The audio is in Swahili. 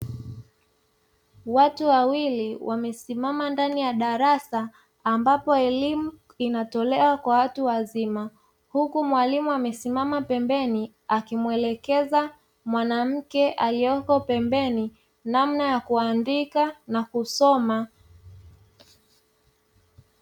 Watu wawili wamesimama ndani ya darasa ambapo elimu inatolewa kwa watu wazima, huku mwalimu amesimama pembeni akimuelekeza mwanamke aliyepo pembeni, namna ya kuandika na kusoma.